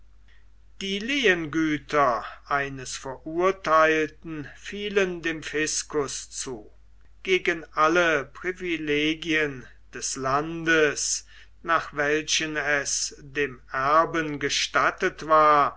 die lehngüter eines verurteilten fielen dem fiscus zu gegen alle privilegien des landes nach welchen es dem erben gestattet war